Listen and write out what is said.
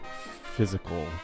physical